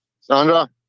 Sandra